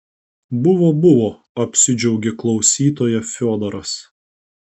buvo buvo apsidžiaugė klausytoja fiodoras